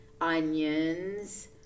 onions